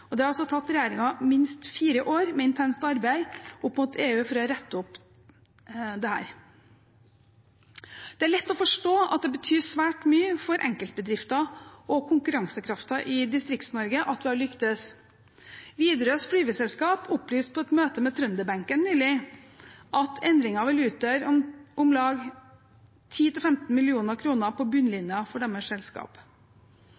det. Det har altså tatt regjeringen minst fire år med intenst arbeid opp mot EU for å rette opp dette. Det er lett å forstå at det betyr svært mye for enkeltbedrifter og konkurransekraften i Distrikts-Norge at det har lyktes. Widerøes Flyveselskap opplyste på et møte med trønderbenken nylig at endringen vil utgjøre om lag 10–15 mill. kr på